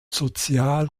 sozial